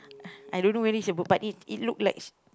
I dunno whether it's a but it looks like